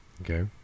Okay